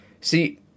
See